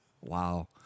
Wow